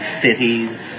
cities